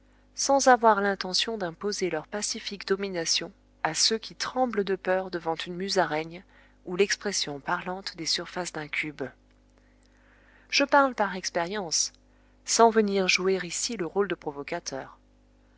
sans avoir l'intention d'imposer leur pacifique domination à ceux qui tremblent de peur devant une musaraigne ou l'expression parlante des surfaces d'un cube je parle par expérience sans venir jouer ici le rôle de provocateur